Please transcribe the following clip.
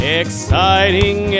exciting